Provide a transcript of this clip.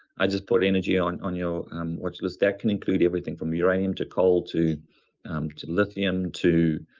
i just put energy on on your watch list. that can include everything from uranium to coal to um to lithium to